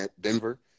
Denver